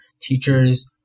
teachers